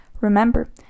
Remember